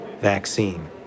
vaccine